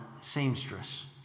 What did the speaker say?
seamstress